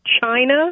China